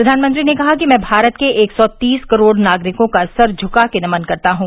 प्रधानमंत्री ने कहा कि मैं भारत के एक सौ तीस करोड़ नागरिकों का सर झकाकर के नमन करता हूँ